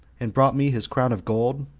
and brought me his crown of gold,